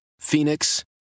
Phoenix